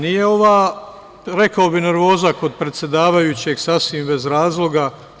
Nije ova, rekao bih nervoza, kod predsedavajućeg sasvim bez razloga.